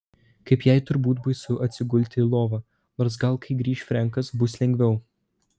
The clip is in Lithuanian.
kaip jai turbūt baisu atsigulti į lovą nors gal kai grįš frenkas bus lengviau